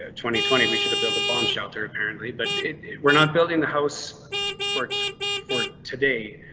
ah twenty twenty we should have built a bomb shelter, apparently, but it we're not building the house for it's for today.